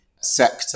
sector